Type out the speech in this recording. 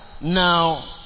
now